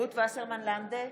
רות וסרמן לנדה,